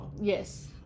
Yes